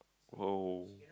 oh